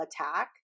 attack